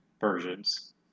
Versions